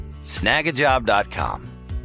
snagajob.com